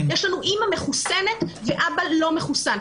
יש לנו אימא מחוסנת ואבא לא מחוסן.